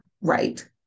right